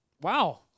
wow